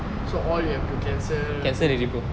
so all you have to cancel